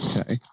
Okay